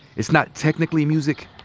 it's not technically music,